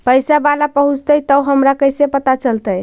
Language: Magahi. पैसा बाला पहूंचतै तौ हमरा कैसे पता चलतै?